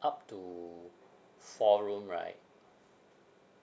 up to four room right